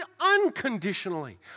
unconditionally